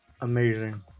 amazing